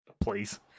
Please